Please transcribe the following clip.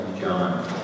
John